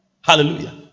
Hallelujah